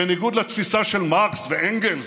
בניגוד לתפיסה של מרקס ואנגלס,